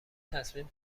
تصمیم